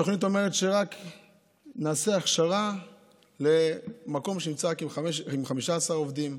התוכנית אומרת שנעשה הכשרה רק למקום שנמצא עם 15 עובדים.